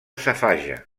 safaja